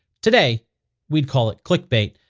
today we'd call it click bait.